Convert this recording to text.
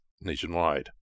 nationwide